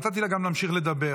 נתתי לה גם להמשיך לדבר.